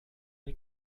den